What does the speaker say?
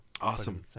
Awesome